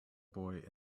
boy